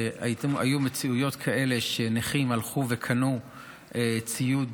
שהיו מציאויות כאלה שנכים הלכו וקנו ציוד